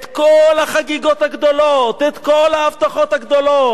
את כל החגיגות הגדולות, את כל ההבטחות הגדולות.